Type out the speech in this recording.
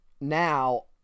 Now